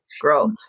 Growth